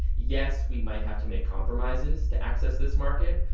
yes, we might have to make compromises to access this market,